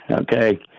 okay